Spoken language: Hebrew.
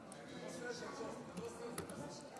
אני חייב לומר שכאשר, הרס החברה,